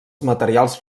materials